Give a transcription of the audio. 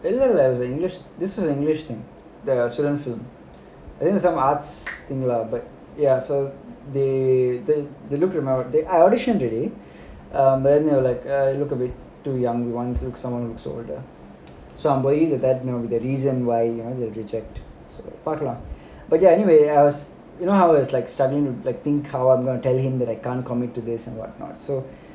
இல்ல இல்ல:illa illa english this was english I think some arts thing lah but ya so they they they look around they I audition already but then they were like look a bit too young I want someone who looks order so I'm worried that that the reason why I get rejected part lah but ya anyway as you know I was like studying reflecting how I was gonna tell him that I can't commit to this and what not so